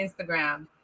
Instagram